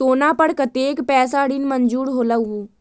सोना पर कतेक पैसा ऋण मंजूर होलहु?